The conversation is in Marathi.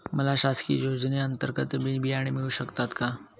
मला शासकीय योजने अंतर्गत बी बियाणे मिळू शकतात का?